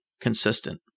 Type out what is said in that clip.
consistent